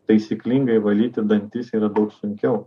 taisyklingai valyti dantis yra daug sunkiau